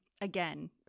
again